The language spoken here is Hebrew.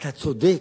אתה צודק,